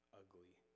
ugly